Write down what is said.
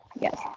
Yes